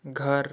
घर